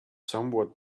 somewhat